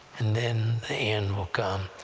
and then the end will come.